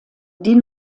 die